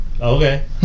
okay